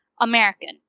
American